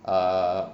err